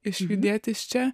išjudėt iš čia